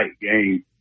game